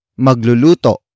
magluluto